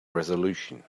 resolution